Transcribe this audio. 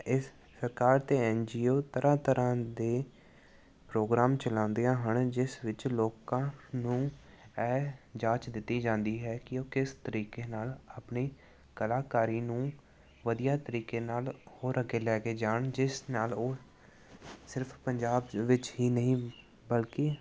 ਇਸ ਸਰਕਾਰ ਅਤੇ ਐਨਜੀਓ ਤਰ੍ਹਾਂ ਤਰ੍ਹਾਂ ਦੇ ਪ੍ਰੋਗਰਾਮ ਚਲਾਉਂਦੀਆਂ ਹਨ ਜਿਸ ਵਿੱਚ ਲੋਕਾਂ ਨੂੰ ਇਹ ਜਾਂਚ ਦਿੱਤੀ ਜਾਂਦੀ ਹੈ ਕਿ ਉਹ ਕਿਸ ਤਰੀਕੇ ਨਾਲ ਆਪਣੀ ਕਲਾਕਾਰੀ ਨੂੰ ਵਧੀਆ ਤਰੀਕੇ ਨਾਲ ਹੋਰ ਅੱਗੇ ਲੈ ਕੇ ਜਾਣ ਜਿਸ ਨਾਲ ਉਹ ਸਿਰਫ ਪੰਜਾਬ ਦੇ ਵਿੱਚ ਹੀ ਨਹੀਂ ਬਲਕਿ